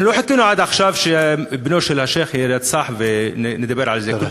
אנחנו לא חיכינו עד עכשיו שבנו של השיח' יירצח ונדבר על זה כאן,